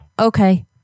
okay